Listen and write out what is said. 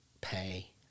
pay